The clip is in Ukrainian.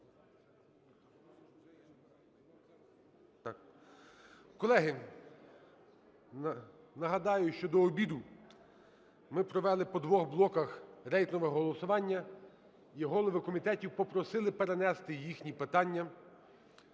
Колеги, нагадаю, що до обіду ми провели по двох блоках рейтингове голосування, і голови комітетів попросили перенести їхні питання,